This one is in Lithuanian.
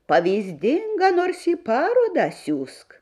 pavyzdinga nors į parodą siųsk